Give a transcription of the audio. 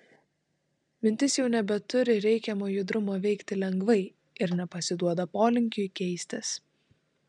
mintis jau nebeturi reikiamo judrumo veikti lengvai ir nepasiduoda polinkiui keistis